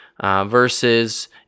versus